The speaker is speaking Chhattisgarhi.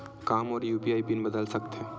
का मोर यू.पी.आई पिन बदल सकथे?